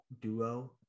duo